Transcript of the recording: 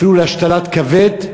אפילו להשתלת כבד.